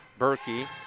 Berkey